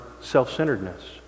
self-centeredness